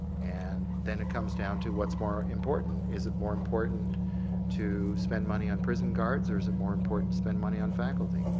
and then it comes down to what's more important. is it more important to spend money on prison guards or is it more important to spend money on faculty?